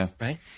right